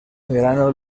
verano